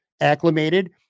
acclimated